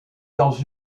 dans